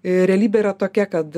ir realybė yra tokia kad